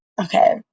okay